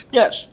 yes